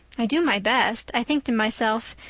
i do my best. i think to myself,